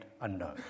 unknown